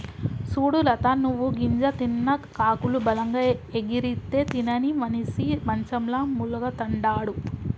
సూడు లత నువ్వు గింజ తిన్న కాకులు బలంగా ఎగిరితే తినని మనిసి మంచంల మూల్గతండాడు